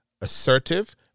assertive